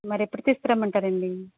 మరెప్పుడు తీసుకురమ్మంటారండి